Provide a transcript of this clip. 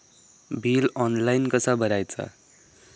Bill online कसा भरायचा?